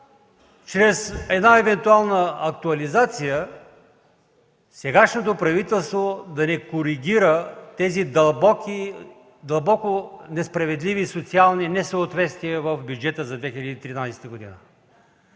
чрез една евентуална актуализация сегашното правителство да не коригира тези дълбоко несправедливи социални несъответствия в бюджета за 2013 г.